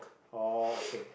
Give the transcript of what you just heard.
oh okay